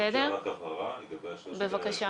אפשר שאלת הבהרה לגבי השלושה מיליון?